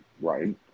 right